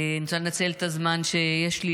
אני רוצה לנצל את הזמן שיש לי